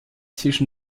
zwischen